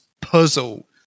puzzle